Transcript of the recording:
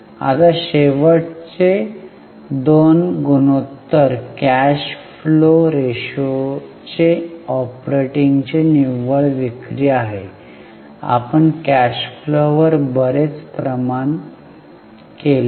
आता शेवटचे दोन गुणोत्तर कॅश फ्लो रेशोचे ऑपरेटिंगचे निव्वळ विक्री आहे आपण कॅश फ्लो वर बरेच प्रमाण केले नाही